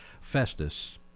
Festus